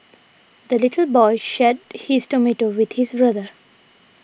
the little boy shared his tomato with his brother